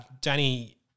Danny